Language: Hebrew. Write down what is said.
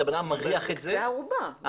מקצה הארובה.